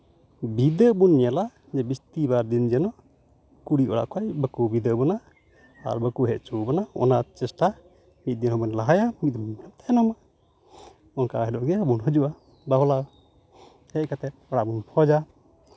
ᱵᱤᱫᱟᱹ ᱵᱚᱱ ᱧᱮᱞᱟ ᱵᱤᱨᱚᱥᱯᱚᱛᱤᱵᱟᱨ ᱡᱮᱱᱚ ᱠᱩᱲᱤ ᱚᱲᱟᱜ ᱠᱷᱚᱱ ᱵᱟᱠᱚ ᱵᱤᱫᱟᱹᱭ ᱵᱚᱱᱟ ᱟᱨ ᱵᱟᱠᱚ ᱦᱮᱡ ᱦᱚᱪᱚᱣᱟᱵᱚᱱᱟ ᱚᱱᱟ ᱪᱮᱥᱴᱟ ᱢᱤᱫ ᱵᱚᱱ ᱞᱟᱦᱟᱭᱟ ᱢᱤᱫ ᱫᱤᱱ ᱵᱚᱱ ᱛᱟᱭᱱᱚᱢᱟ ᱚᱱᱠᱟ ᱦᱤᱞᱳᱜ ᱜᱮᱵᱚᱱ ᱦᱤᱡᱩᱜᱼᱟ ᱵᱟᱯᱞᱟ ᱦᱮᱡ ᱠᱟᱛᱮᱫ ᱚᱲᱟᱜ ᱵᱚᱱ ᱵᱷᱚᱡᱟ